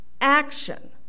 action